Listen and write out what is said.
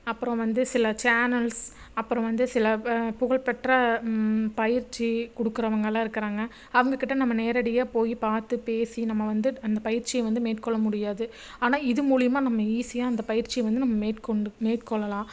அப்புறம் வந்து சில சேனல்ஸ் அப்புறம் வந்து சில புகழ்பெற்ற பயிற்சி கொடுக்குறவங்கள்லாம் இருக்குகிறாங்க அவங்கக்கிட்ட நம்ம நேரடியாக போயி பார்த்து பேசி நம்ம வந்து அந்த பயிற்சியை வந்து மேற்கொள்ள முடியாது ஆனால் இது மூலியமாக நம்ம ஈஸியாக அந்த பயிற்சியை வந்து நம்ம மேற்கொண்டு மேற்கொள்ளலாம்